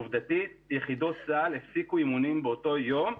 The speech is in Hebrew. עובדתית יחידות צבא הגנה לישראל הפסיקו את האימונים באותו יום.